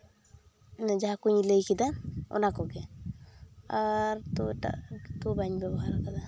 ᱚᱱᱮ ᱡᱟᱦᱟᱸ ᱠᱩᱧ ᱞᱟᱹᱭ ᱠᱮᱫᱟ ᱚᱱᱟ ᱠᱚᱜᱮ ᱟᱨ ᱛᱚ ᱮᱴᱟᱜ ᱛᱚ ᱵᱟᱹᱧ ᱵᱮᱵᱚᱦᱟᱨ ᱠᱟᱫᱟ